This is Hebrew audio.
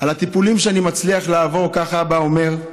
על הטיפולים שאני מצליח לעבור, כך היה אבא אומר,